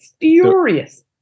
Furious